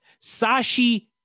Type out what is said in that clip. Sashi